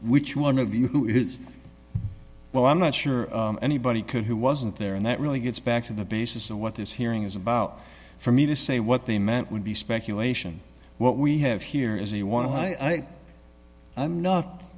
which one of you who is well i'm not sure anybody could who wasn't there and that really gets back to the basis of what this hearing is about for me to say what they meant would be speculation what we have here is a want to i'm not